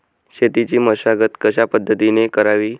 शेतीची मशागत कशापद्धतीने करावी?